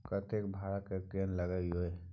कतेक भाड़ा आ केना लागय ये?